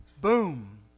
boom